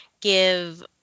give